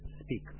speak